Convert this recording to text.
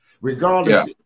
regardless